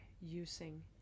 using